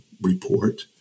report